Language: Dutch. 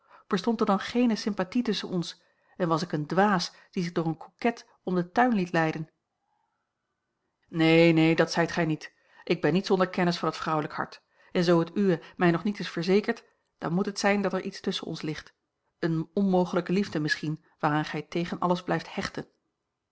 er dan geene sympathie tusschen ons en was ik een dwaas die zich door eene coquette om den tuin liet leiden a l g bosboom-toussaint langs een omweg neen neen dat zijt gij niet ik ben niet zonder kennis van het vrouwelijk hart en zoo het uwe mij nog niet is verzekerd dan moet het zijn dat er iets tusschen ons ligt eene onmogelijke liefde misschien waaraan gij tegen alles blijft hechten